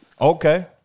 Okay